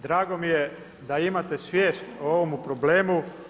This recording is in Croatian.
Drago mi je da imate svijest o ovom problemu.